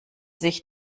sich